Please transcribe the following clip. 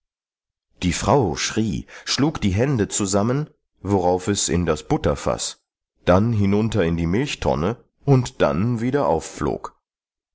die frau schrie schlug die hände zusammen worauf es in das butterfaß dann hinunter in die milchtonne und dann wieder aufflog